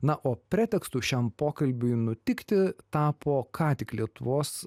na o pretekstu šiam pokalbiui nutikti tapo ką tik lietuvos